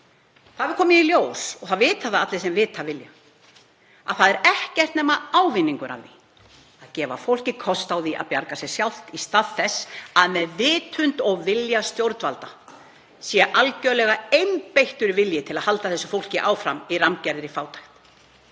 Komið hefur í ljós, og allir vita það sem vilja, að það er ekkert nema ávinningur af því að gefa fólki kost á því að bjarga sér sjálft í stað þess að með vitund og vilja stjórnvalda sé algjörlega einbeittur vilji til að halda þessu fólki áfram í rammgerðri fátækt.